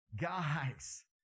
guys